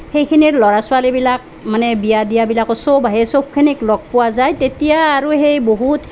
সেইখিনি ল'ৰা ছোৱালীবিলাক মানে বিয়া দিয়াবিলাকো সব আহে সবখিনিক ল'গ পোৱা যায় তেতিয়া আৰু সেই বহুত